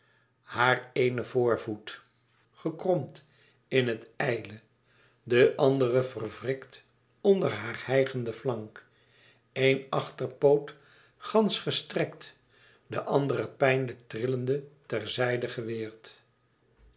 haar éene voorpoot gekromd in het ijle de andere verwrikt onder haar hijgende flank één achterpoot gansch gestrekt de andere pijnlijk trillende ter zijde geweerd